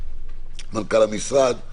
מנכ"ל המשרד.